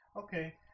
Okay